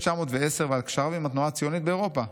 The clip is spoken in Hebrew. ב-1910 ועל קשריו עם התנועה הציונית באירופה.